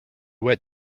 wet